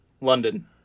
London